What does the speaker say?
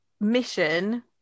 mission